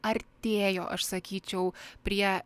artėjo aš sakyčiau prie